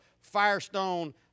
Firestone